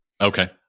Okay